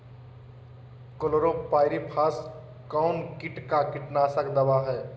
Chlorpyrifos कौन किट का कीटनाशक दवा है?